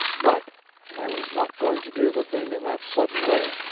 but i was not going to do the thing in that sudden way.